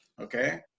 Okay